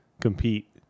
compete